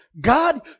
God